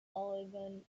oligocene